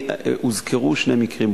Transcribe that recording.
הוזכרו שני מקרים,